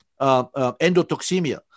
endotoxemia